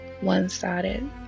one-sided